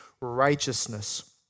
righteousness